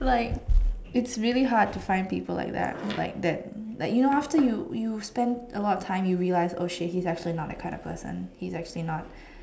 like it's really hard to find people like that like that like you know after you you spend a lot of time you realise oh shit he's actually not that kind of person he's actually not